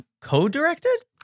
co-directed